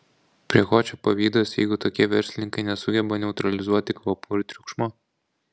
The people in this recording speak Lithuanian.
prie ko čia pavydas jeigu tokie verslininkai nesugeba neutralizuoti kvapų ir triukšmo